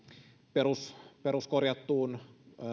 peruskorjattuun